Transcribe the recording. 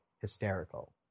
hysterical